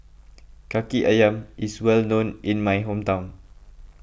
Kaki Ayam is well known in my hometown